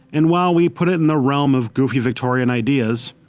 and while we put it in the realm of goofy victorian ideas,